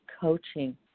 coaching